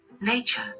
Nature